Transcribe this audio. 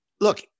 look